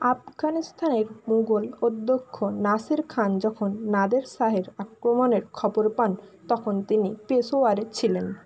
আফগানিস্তানের মুঘল অদ্যক্ষ নাসির খান যখন নাদের শাহের আক্রমণের খবর পান তখন তিনি পেশোয়ারে ছিলেন